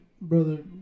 brother